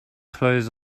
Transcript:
clothes